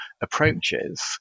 approaches